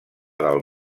del